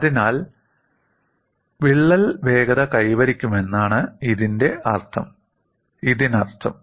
അതിനാൽ വിള്ളൽ വേഗത കൈവരിക്കുമെന്നാണ് ഇതിനർത്ഥം